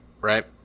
right